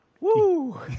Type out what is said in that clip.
Woo